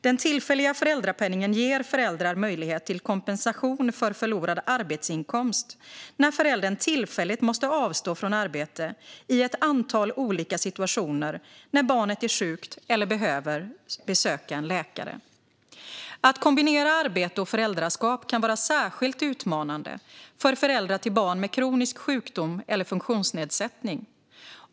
Den tillfälliga föräldrapenningen ger föräldrar möjlighet till kompensation för förlorad arbetsinkomst när föräldern tillfälligt måste avstå från arbete i ett antal olika situationer när barnet är sjukt eller behöver besöka läkare. Att kombinera arbete och föräldraskap kan vara särskilt utmanande för föräldrar till barn med kronisk sjukdom eller funktionsnedsättning.